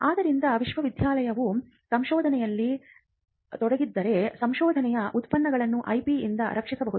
ಆದ್ದರಿಂದ ವಿಶ್ವವಿದ್ಯಾಲಯವು ಸಂಶೋಧನೆಯಲ್ಲಿ ತೊಡಗಿದ್ದರೆ ಸಂಶೋಧನೆಯ ಉತ್ಪನ್ನಗಳನ್ನು IP ಯಿಂದ ರಕ್ಷಿಸಬಹುದು